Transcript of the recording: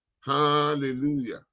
Hallelujah